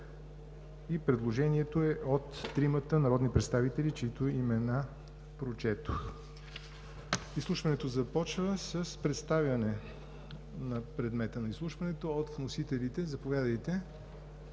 и предложението е от тримата народни представители, чиито имена прочетох. Изслушването започва с представяне на предмета на изслушването от вносителите. (Министър